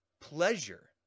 pleasure